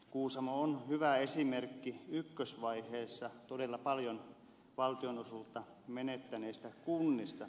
kuusamo on hyvä esimerkki ykkösvaiheessa todella paljon valtionosuutta menettäneistä kunnista